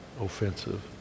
offensive